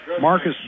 Marcus